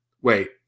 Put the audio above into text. wait